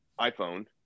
iphone